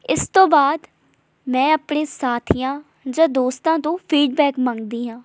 ਇਸ ਤੋਂ ਬਾਅਦ ਮੈਂ ਆਪਣੇ ਸਾਥੀਆਂ ਜਾਂ ਦੋਸਤਾਂ ਤੋਂ ਫੀਡਬੈਕ ਮੰਗਦੀ ਹਾਂ